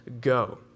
go